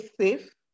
safe